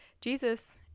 Jesus